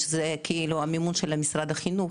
שזה כאילו המימון של משרד החינוך,